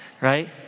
right